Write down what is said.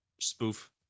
spoof